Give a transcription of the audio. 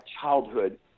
childhood